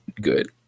good